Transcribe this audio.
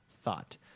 thought